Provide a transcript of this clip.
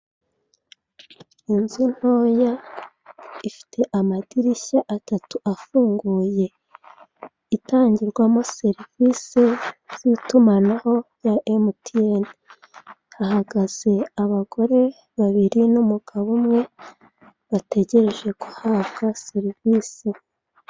Inzu ntoya ifite amadirishya atatu afunguye, itangirwamo serivise z'itumanaho za MTN, hahagaze abagore babiri na umugabo umwe bategereje guhabwa serivise.